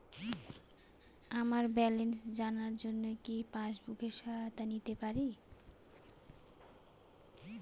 আমার ব্যালেন্স জানার জন্য কি পাসবুকের সহায়তা নিতে পারি?